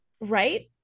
Right